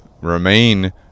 remain